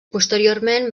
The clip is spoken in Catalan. posteriorment